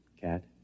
cat